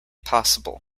possible